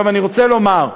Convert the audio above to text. עכשיו, אני רוצה לומר: